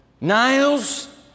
Niles